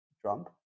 Trump